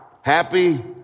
Happy